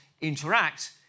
interact